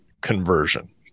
conversion